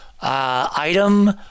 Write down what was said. Item